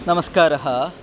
नमस्कारः